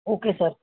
okay sir